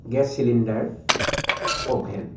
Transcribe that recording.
gas cylinder oven